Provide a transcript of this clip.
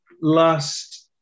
last